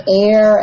air